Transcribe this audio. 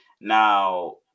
now